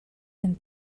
and